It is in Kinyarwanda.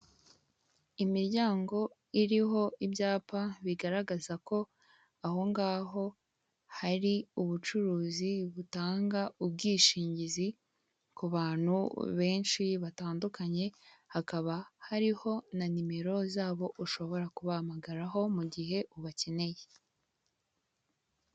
Imiryango iriho ibyapa bigaragaza ko aho ngaho hari ubucuruzi butanga ubwishingizi ku bantu benshi batandukanye hakaba hariho na nimero zabo ushobora kubahamagaraho mu gihe ubakeneye.